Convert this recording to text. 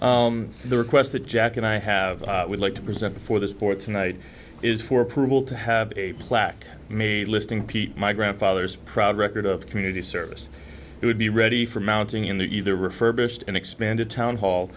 hear the request that jack and i have would like to present before this board tonight is for approval to have a plaque me listing pete my grandfather's proud record of community service would be ready for mounting in the either refer bisht an expanded town hall